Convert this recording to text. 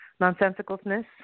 nonsensicalness